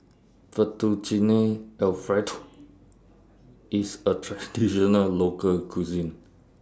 Fettuccine Alfredo IS A Traditional Local Cuisine